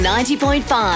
90.5